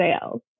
sales